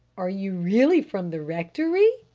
are you really from the rectory?